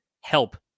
help